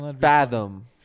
Fathom